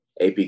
AP